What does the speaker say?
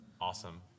Awesome